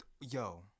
Yo